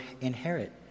inherit